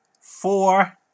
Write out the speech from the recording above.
four